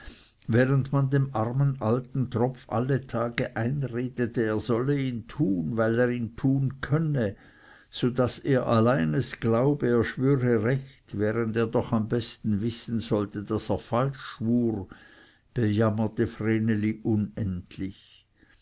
während man dem alten armen tropf alle tage einredete er solle ihn tun weil er ihn tun könne so daß er allein es glaubte er schwöre recht während er doch am besten wissen sollte daß er falsch schwur bejammerte vreneli unendlich